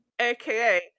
aka